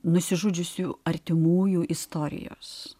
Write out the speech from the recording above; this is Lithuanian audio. nusižudžiusių artimųjų istorijos